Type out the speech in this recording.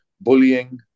bullying